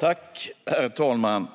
Herr talman!